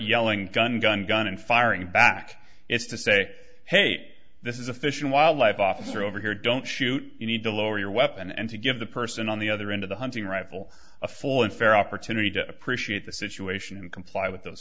yelling gun gun gun and firing back it's to say hey this is a fish and wildlife officer over here don't shoot you need to lower your weapon and to give the person on the other end of the hunting rifle a full and fair opportunity to appreciate the situation and comply with those